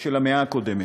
של המאה הקודמת.